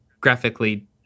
graphically